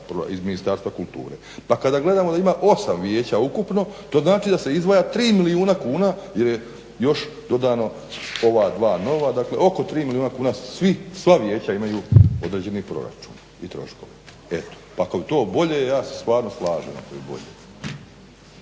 iz Ministarstva kulture. Pa kada gledamo da ima 8 vijeća ukupno to znači da se izdvaja 3 milijuna kuna jer je još dodano ova dva nova dakle oko 3 milijuna kuna sva vijeća imaju određeni proračun i troškove. Eto, pa ako je to bolje ja se stvarno slažem ako je bolje.